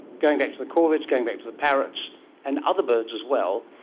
going back to the corvids, going back to the parrots and other birds as well,